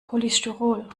polystyrol